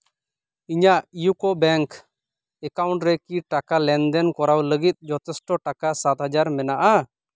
ᱤᱧᱟᱹᱜ ᱤᱭᱩ ᱠᱳ ᱵᱮᱝᱠ ᱮᱠᱟᱣᱩᱱᱴ ᱨᱮᱠᱤ ᱴᱟᱠᱟ ᱞᱮᱱᱫᱮᱱ ᱠᱚᱨᱟᱣ ᱞᱟᱹᱜᱤᱫ ᱡᱚᱛᱷᱮᱥᱴᱚ ᱴᱟᱠᱟ ᱥᱟᱛ ᱦᱟᱡᱟᱨ ᱢᱮᱱᱟᱜᱼᱟ